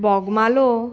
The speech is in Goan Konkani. बोगमालो